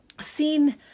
seen